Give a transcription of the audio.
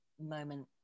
moment